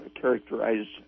characterized